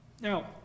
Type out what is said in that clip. Now